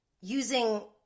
using